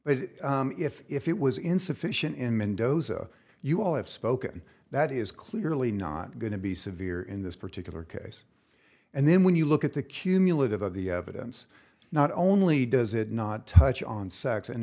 but if if it was insufficient in mendoza you all have spoken that is clearly not going to be severe in this particular case and then when you look at the cumulative of the evidence not only does it not touch on